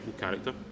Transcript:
character